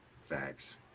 Facts